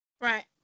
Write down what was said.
Right